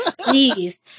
please